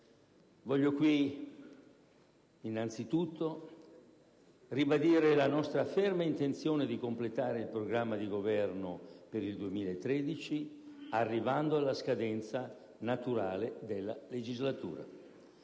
Voglio qui innanzitutto ribadire la nostra ferma intenzione di completare il programma di governo per il 2013, arrivando alla scadenza naturale della legislatura.